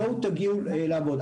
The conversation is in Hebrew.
בואו תגיעו לעבוד,